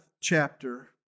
chapter